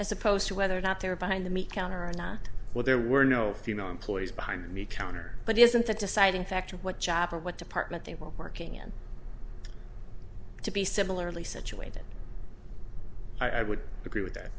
as opposed to whether or not they're behind the meat counter or not while there were no female employees behind me counter but isn't the deciding factor what chapel what department they were working in to be similarly situated i would agree with that